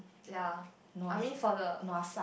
ya I mean for the